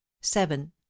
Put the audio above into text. seven